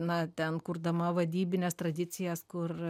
na ten kurdama vadybines tradicijas kur